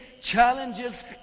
challenges